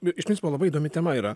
iš principo labai įdomi tema yra